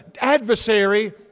adversary